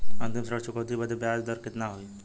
अंतिम ऋण चुकौती बदे ब्याज दर कितना होई?